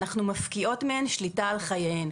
אנחנו מפקיעות מהן שליטה על חייהן.